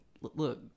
look